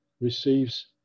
receives